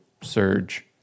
Surge